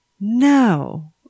No